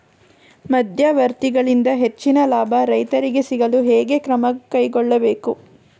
ಮಧ್ಯವರ್ತಿಗಳಿಂದ ಹೆಚ್ಚಿನ ಲಾಭ ರೈತರಿಗೆ ಸಿಗಲು ಹೇಗೆ ಕ್ರಮ ಕೈಗೊಳ್ಳಬೇಕು?